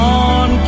on